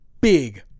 big –